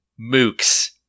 mooks